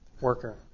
worker